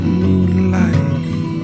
moonlight